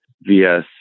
VS